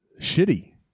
shitty